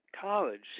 college